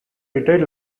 retired